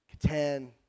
Catan